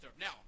Now